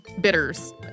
bitters